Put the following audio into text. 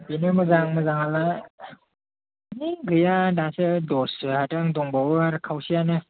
बेनो मोजां मोजाङालाय है गैया दासो दस बिघा हादों दंबावो आरो खावसेयानो